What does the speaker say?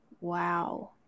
Wow